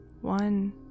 one